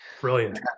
Brilliant